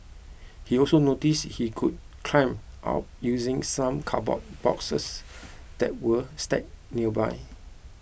he also noticed he could climb up using some cardboard boxes that were stacked nearby